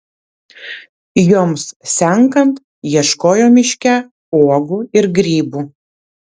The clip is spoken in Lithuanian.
joms senkant ieškojo miške uogų ir grybų